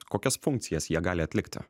kokias funkcijas jie gali atlikti